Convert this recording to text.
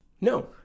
No